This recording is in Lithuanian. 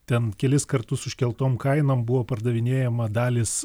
ten kelis kartus užkeltom kainom buvo pardavinėjama dalys